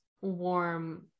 warm